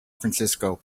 francisco